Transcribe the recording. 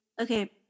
Okay